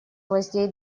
гвоздей